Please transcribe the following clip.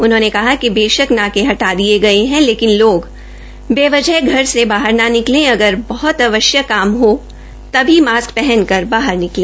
उन्होंने कहा कि बेशक नाके हटा दिये गये है लेकिन लोग बेवजह घर से बाहर न निकले अगर बहत आवश्यक कम हो सभी मास्क हन कर बाहर जाये